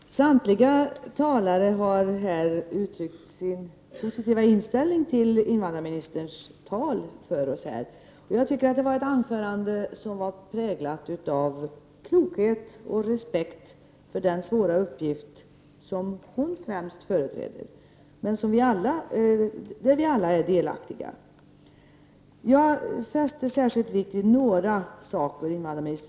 Herr talman! Samtliga talare här har uttryckt sin positiva inställning till invandrarministerns tal. Jag tycker att hennes anförande var präglat av klokhet och respekt inför den svåra uppgift som hon främst företräder men där vi alla är delaktiga. Jag fäster särskild vikt vid några punkter i hennes tal.